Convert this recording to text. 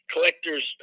Collectors